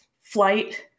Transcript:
flight